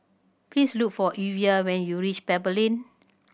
please look for Evia when you reach Pebble Lane